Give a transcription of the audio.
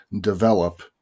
develop